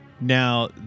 Now